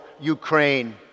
Ukraine